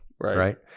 right